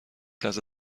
لحظه